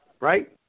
Right